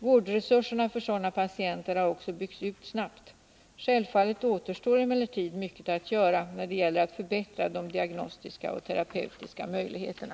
Vårdresurserna har för sådana patienter också byggts ut snabbt. Självfallet återstår emellertid mycket att göra när det gäller att förbättra de diagnostiska och terapeutiska möjligheterna.